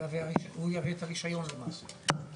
והוא יהווה את הרישיון, למעשה?